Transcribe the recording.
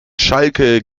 schalke